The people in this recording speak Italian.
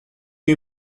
più